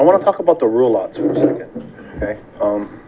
i want to talk about the